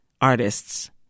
artists